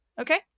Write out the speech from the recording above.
Okay